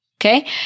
okay